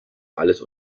alles